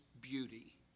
beauty